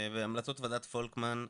בהמלצות ועדת פולקמן,